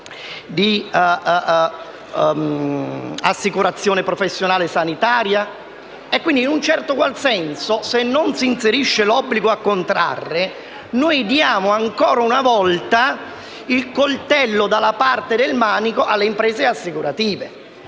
di assicurazione professionale sanitaria? In un certo qual senso, se non si inserisce l'obbligo a contrarre noi diamo ancora una volta il coltello dalla parte del manico alle imprese assicurative.